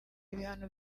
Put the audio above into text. ibihano